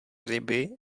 ryby